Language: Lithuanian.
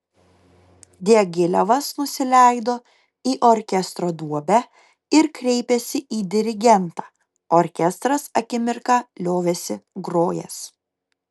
diagilevas nusileido į orkestro duobę ir kreipėsi į dirigentą orkestras akimirką liovėsi grojęs